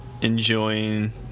enjoying